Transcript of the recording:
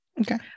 Okay